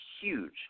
huge